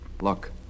look